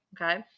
okay